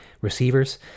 receivers